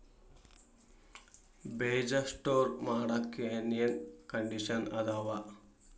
ಬೇಜ ಸ್ಟೋರ್ ಮಾಡಾಕ್ ಏನೇನ್ ಕಂಡಿಷನ್ ಅದಾವ?